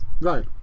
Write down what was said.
right